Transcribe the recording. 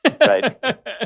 Right